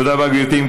תודה רבה, גברתי.